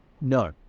No